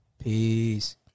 Peace